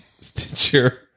Stitcher